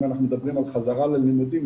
אם אנחנו מדברים על חזרה ללימודים,